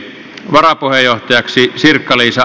valokuvaaja jääksi sirkka liisa